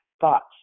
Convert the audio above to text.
thoughts